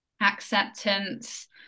acceptance